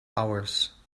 hours